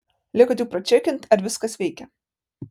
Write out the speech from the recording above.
liko tik pračekint ar viskas veikia